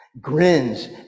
grins